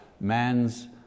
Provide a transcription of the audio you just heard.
man's